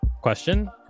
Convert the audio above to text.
question